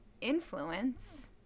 Influence